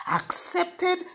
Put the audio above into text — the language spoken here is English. accepted